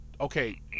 Okay